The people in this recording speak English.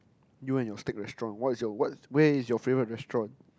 you and your stick restaurant what is your what's where is your favourite restaurant